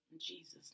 Jesus